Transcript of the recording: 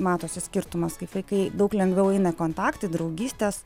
matosi skirtumas kaip vaikai daug lengviau eina į kontaktą į draugystes